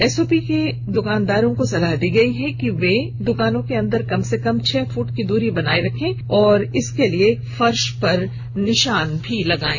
SOP में दुकानदारों को सलाह दी गई है कि वे दुकानों के अंदर कम से कम छह फूट की दूरी बनाए रखें और इसके लिए फर्श पर निशान लगाएं